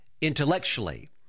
intellectually